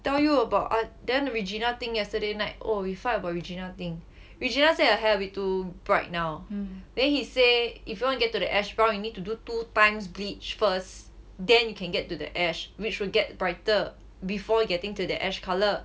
tell you about I then regina thing yesterday night oh we fight about regina thing regina say her hair a bit too bright now then he say if you want to get to the ash brown you need to do two times bleach first then you can get to the ash which will get brighter before getting to the ash colour